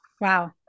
Wow